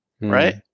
right